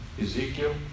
Ezekiel